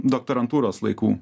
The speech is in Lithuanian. doktorantūros laikų